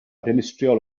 dinistriol